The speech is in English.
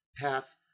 path